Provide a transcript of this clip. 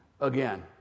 again